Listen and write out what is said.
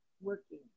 working